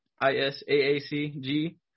i-s-a-a-c-g